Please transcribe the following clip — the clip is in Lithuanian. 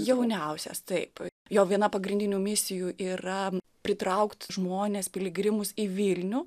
jauniausias taip jo viena pagrindinių misijų yra pritraukt žmones piligrimus į vilnių